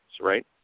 right